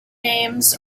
names